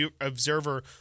observer